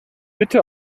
bitte